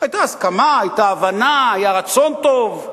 היתה הסכמה, היתה הבנה, היה רצון טוב.